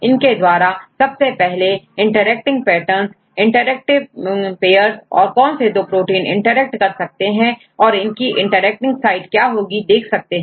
इनके द्वारा सबसे पहले इंटरएक्टिंग पेटर्न्स इंटरएक्टिव पेयर्स और कौन से दो प्रोटीन इंटरेक्ट कर सकते हैं और इनकी इंटरएक्टिंग साइट क्या होंगी देख सकते हैं